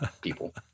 People